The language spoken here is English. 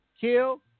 kill